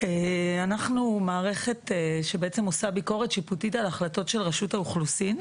אנחנו מערכת שעושה ביקורת שיפוטית על החלטות של רשות האוכלוסין,